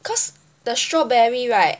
cause the strawberry right